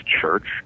church